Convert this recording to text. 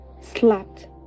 slapped